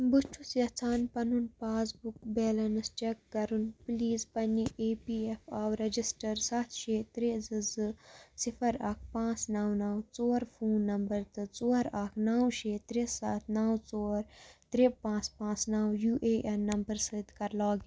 بہٕ چھُس یَژھان پنُن پاس بُک بیلینس چیک کَرُن پُلیٖز پنٕنہِ اِی پی ایف آو رجِسٹر سَتھ شےٚ ترٛےٚ زٕ زٕ صِفر اَکھ پانٛژھ نَو نَو ژور فون نمبر تہٕ ژور اَکھ نَو شےٚ ترٛےٚ سَتھ نَو ژور ترٛےٚ پانٛژھ پانٛژھ نَو یوٗ اےٚ این نمبر سۭتۍ کَر لاگ